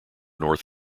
north